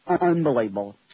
unbelievable